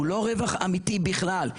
וזה לא רווח אמיתי בכלל.